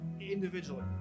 individually